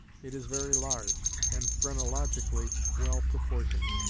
it is very large, and phrenologically well proportioned,